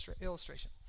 illustration